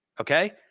Okay